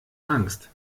angst